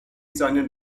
seinen